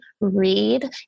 read